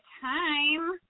time